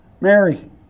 Mary